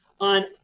on